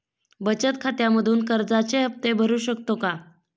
बचत खात्यामधून कर्जाचे हफ्ते भरू शकतो का?